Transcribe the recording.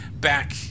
back